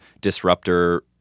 disruptor